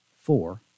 four